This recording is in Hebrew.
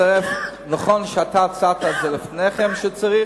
נכון שאתה הצעת את זה לפני כן,